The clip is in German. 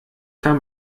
kann